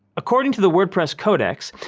according to the wordpress codex,